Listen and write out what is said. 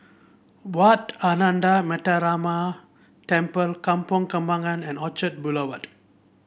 Wat Ananda Metyarama Temple Kampong Kembangan and Orchard Boulevard